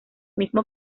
mismo